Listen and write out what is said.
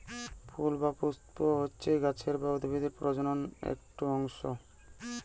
ফুল বা পুস্প হতিছে গাছের বা উদ্ভিদের প্রজনন একটো অংশ